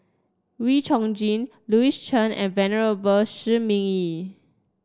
Wee Chong Jin Louis Chen and Venerable Shi Ming Yi